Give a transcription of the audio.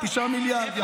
9 מיליארד.